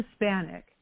Hispanic